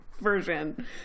version